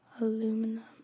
aluminum